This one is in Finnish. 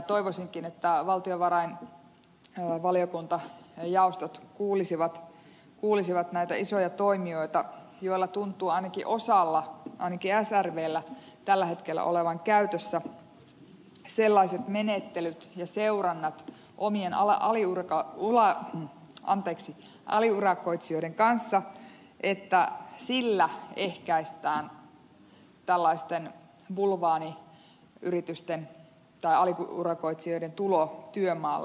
toivoisinkin että valtiovarainvaliokunta ja sen jaostot kuulisivat näitä isoja toimijoita joista ainakin osalla ainakin srvllä tuntuu tällä hetkellä olevan käytössä sellaiset menettelyt ja seurannat omien aliurakoitsijoiden kanssa että niillä ehkäistään tällaisten bulvaaniyritysten aliurakoitsijoiden tulo työmaalle